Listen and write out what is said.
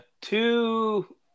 two